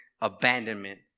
abandonment